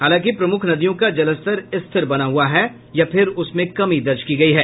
हालांकि प्रमुख नदियों का जलस्तर स्थिर बना हुआ है या फिर उसमें कमी दर्ज की गयी है